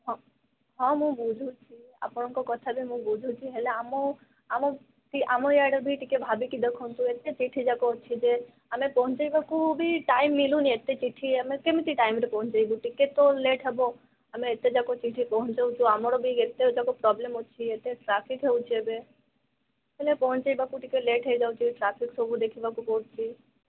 ହଁ ହଁ ମୁଁ ବୁଝୁଛି ଆପଣଙ୍କ କଥା ବି ମୁଁ ବୁଝୁଛି ହେଲେ ଆମ ଆମ ଆମ ଇଆଡୁ ବି ଟିକେ ଭାବିକି ଦେଖନ୍ତୁ ଏତେ ଚିଠି ଯାକ ଅଛି ଯେ ଆମେ ପହଞ୍ଚେଇବାକୁ ବି ଟାଇମ ମିଳୁନି ଏତେ ଚିଠି ଆମେ କେମିତି ଟାଇମରେ ପହଞ୍ଚେଇବୁ ଟିକେ ତ ଲେଟ୍ ହେବ ଆମେ ଏତେଯାକ ଚିଠି ପହଞ୍ଚାଉଛୁ ଆମର ବି ଏତେ ଯାକ ପ୍ରୋବ୍ଲମ୍ ଅଛି ଏତେ ଟ୍ରାଫିକ ହେଉଛି ଏବେ ତେବେ ପହଞ୍ଚେଇବାକୁ ଲେଟ ହେଉଛି ଟ୍ରାଫିକ ସବୁ ଦେଖିବାକୁ ପଡ଼ୁଛି